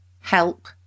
help